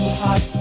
hot